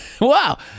wow